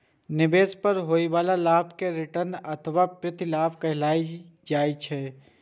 निवेश पर होइ बला लाभ कें रिटर्न अथवा प्रतिलाभ कहल जाइ छै